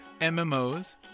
MMOs